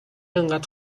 انقدر